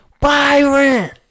Byron